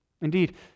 Indeed